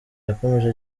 yakomeje